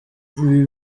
ibi